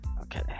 okay